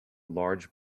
large